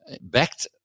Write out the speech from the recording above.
backed